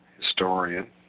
historian